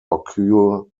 occur